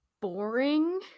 boring